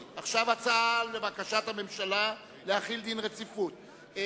הצעה, לבקשת הממשלה, להחיל דין רציפות.